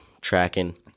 tracking